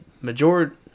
majority